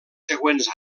següents